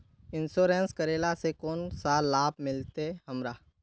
Insurance करेला से कोन कोन सा लाभ मिलते हमरा?